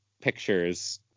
pictures